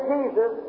Jesus